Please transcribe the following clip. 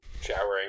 showering